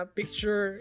picture